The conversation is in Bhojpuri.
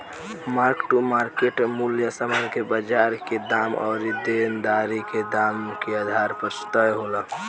मार्क टू मार्केट मूल्य समान के बाजार के दाम अउरी देनदारी के दाम के आधार पर तय होला